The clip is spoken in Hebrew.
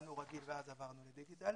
שהתחלנו רגיל ואז עברנו לדיגיטל.